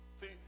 See